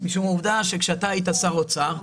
כשאתה היית שר אוצר,